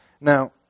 Now